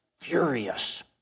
furious